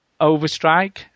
Overstrike